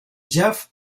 jeff